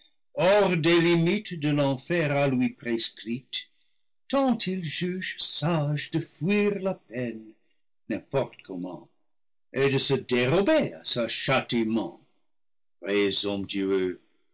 hors des li mites de l'enfer à lui prescrites tant il juge sage de fuir la peine n'importe comment et de se dérober à son châtiment présomptueux